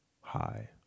hi